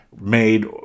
made